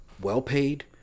well-paid